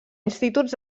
instituts